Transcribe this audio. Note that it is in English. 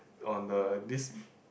on the this